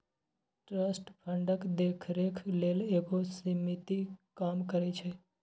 trust फंडक देखरेख लेल एगो समिति काम करइ छै